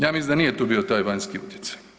Ja mislim da nije tu bio taj vanjski utjecaj.